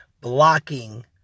blocking